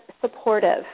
supportive